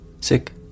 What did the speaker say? sick